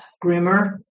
grimmer